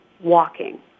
walking